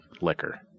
liquor